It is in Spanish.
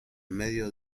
medio